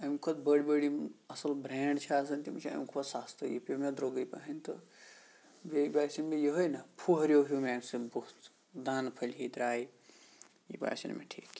اَمہِ کھۄتہٕ بٔڑی بٔڑۍ یِم اَصٕل برٛینٛڈ چھِ آسان تِم چھِ اَمہِ کھۄتہٕ سَستہٕ یہِ پیٚو مےٚ درٛوٚگٕے پَہَنۍ تہٕ بیٚیہِ باسیٚو مےٚ یِہٕے نہ پھوٚہریو ہیوٗ مےٚ اَمہِ سۭتۍ بُتھ دانہٕ پھٔلۍ ہِوۍ درٛاے یہِ باسیٚو نہٕ مےٚ ٹھیٖک